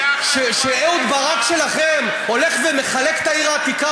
שאהוד ברק שלכם הולך ומחלק את העיר העתיקה,